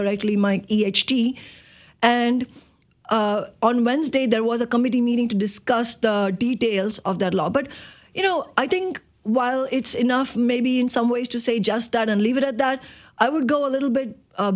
correctly mike h d and on wednesday there was a committee meeting to discuss the details of that law but you know i think while it's enough maybe in some ways to say just that and leave it at that i would go a little bit